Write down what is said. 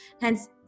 Hence